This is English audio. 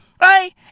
Right